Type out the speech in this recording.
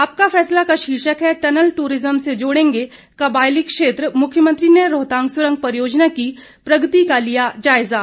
आपका फैसला का शीर्षक है टनल दूरिज्म से जोड़ेंगे कबायली क्षेत्र मुख्यमंत्री ने रोहतांग सुरंग परियोजना की प्रगति का लिया जायजा